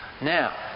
Now